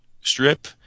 strip